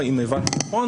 אם הבנתי נכון